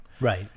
right